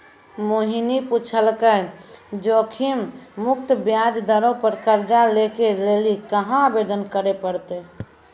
मोहिनी पुछलकै जोखिम मुक्त ब्याज दरो पे कर्जा लै के लेली कहाँ आवेदन करे पड़तै?